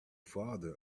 father